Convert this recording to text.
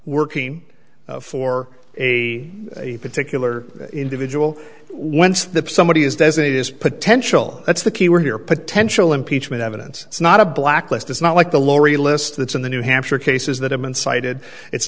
working for a particular individual once that somebody is designated as potential that's the key word here potential impeachment evidence it's not a blacklist it's not like the laurie list that's in the new hampshire cases that have been cited it's